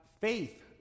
faith